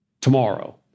tomorrow